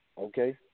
Okay